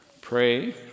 Pray